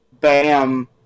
bam